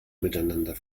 miteinander